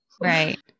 right